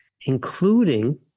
including